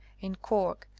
in cork,